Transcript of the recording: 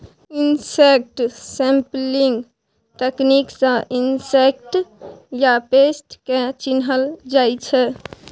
insect sampling तकनीक सँ insect या पेस्ट केँ चिन्हल जाइ छै